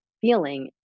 feeling